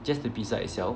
just the pizza itself